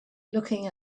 looking